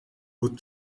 would